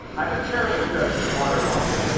i'm a terrible judge of water volume